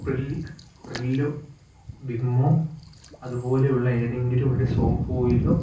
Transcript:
Pril പ്രില്ലോ വിമ്മോ അതുപോലെയുള്ള ഏതെങ്കിലുമൊരു സോപ്പിലോ